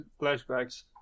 flashbacks